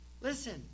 Listen